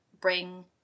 bring